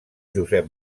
josep